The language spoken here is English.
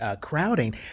crowding